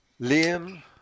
Liam